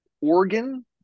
organ